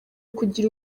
kugira